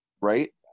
right